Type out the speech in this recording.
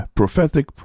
Prophetic